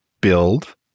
build